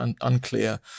unclear